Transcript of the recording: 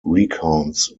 recounts